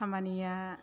खामानिया